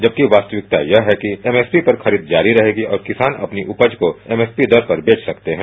जबकि वास्तविक्ता यह है कि एमएसपी पर खरीद जारी रहेगी और किसान अपनी उपज को एमएसपी दर पर बेच सकते हैं